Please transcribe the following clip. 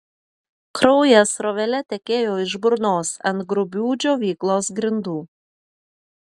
kraujas srovele tekėjo iš burnos ant grubių džiovyklos grindų